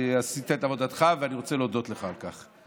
עשית את עבודתך, ואני רוצה להודות לך על כך.